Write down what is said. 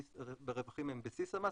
הרווחים הם בסיס המס,